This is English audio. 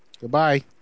Goodbye